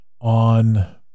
on